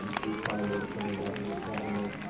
these findings from the national academy.